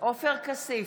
עופר כסיף,